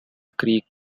creek